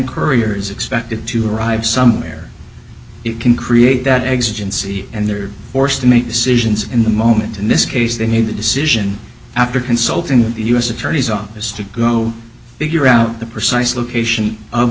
courier is expected to arrive somewhere it can create that exit in c and they're forced to make decisions in the moment in this case they need a decision after consulting with the u s attorney's office to go figure out the precise location of